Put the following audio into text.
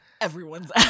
everyone's